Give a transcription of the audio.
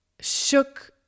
shook